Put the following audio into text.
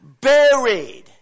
Buried